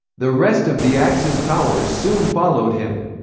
the rest of the axis powers soon followed him.